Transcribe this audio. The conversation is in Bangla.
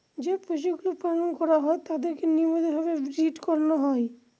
যে পশুগুলো পালন করা হয় তাদেরকে নিয়মিত ভাবে ব্রীড করানো হয়